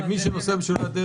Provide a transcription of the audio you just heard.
אני מבקש שנחזור לדיון.